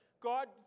God